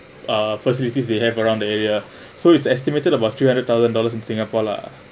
uh facilities they have around the area so it's estimated about three hundred thousand dollars in singapore lah